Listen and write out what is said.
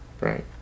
right